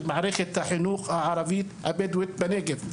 במערכת החינוך הערבית הבדואית בנגב.